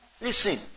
listen